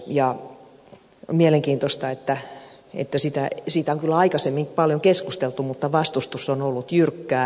siitä on kyllä aikaisemmin paljon keskusteltu mutta vastustus on ollut jyrkkää